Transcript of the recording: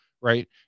right